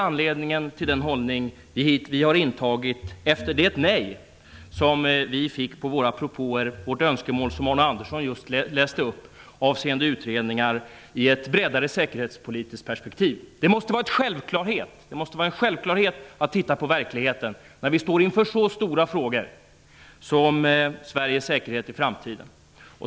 Anledningen till att vi har intagit vår hållning är det nej som vi har fått på våra propåer och önskemål, som Arne Andersson just läste upp avseende utredningar i ett bredare säkerhetspolitiskt perspektiv. Det måste vara en självklarhet att se till verkligheten när vi står inför så stora frågor som Sveriges säkerhet i framtiden.